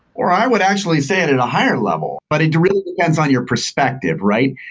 or i would actually say it at a higher level, but it really depends on your perspective, right?